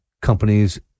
companies